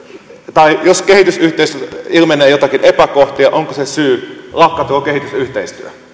tai jos kehitysyhteistyössä ilmenee jotakin epäkohtia onko se syy lakkauttaa koko kehitysyhteistyö